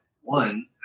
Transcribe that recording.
one